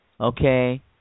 okay